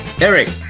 Eric